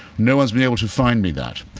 no one has been able to find me that.